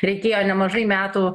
reikėjo nemažai metų